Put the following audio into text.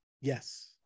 yes